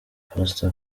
pastor